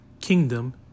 kingdom